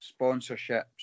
Sponsorships